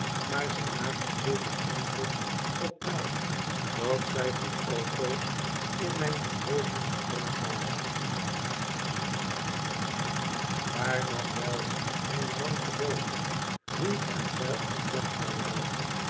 maar zij maakten zulk een indruk op mij dat zij voor altoos in mijn geheugen geprent werden waren vaar dan wel mijn ranke boot riem en zeil en